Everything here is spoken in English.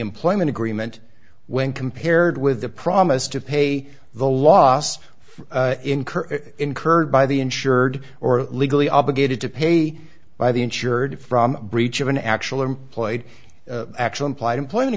employment agreement when compared with a promise to pay the loss incurred incurred by the insured or are legally obligated to pay by the insured from breach of an actual employed actual implied employment